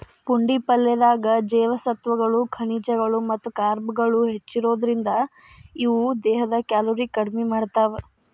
ಪುಂಡಿ ಪಲ್ಲೆದಾಗ ಜೇವಸತ್ವಗಳು, ಖನಿಜಗಳು ಮತ್ತ ಕಾರ್ಬ್ಗಳು ಹೆಚ್ಚಿರೋದ್ರಿಂದ, ಇವು ದೇಹದ ಕ್ಯಾಲೋರಿ ಕಡಿಮಿ ಮಾಡ್ತಾವ